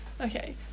Okay